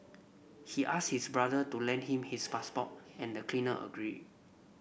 he asked his brother to lend him his passport and the cleaner agreed